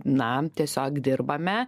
na tiesiog dirbame